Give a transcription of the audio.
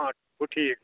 گوٚو ٹھیٖک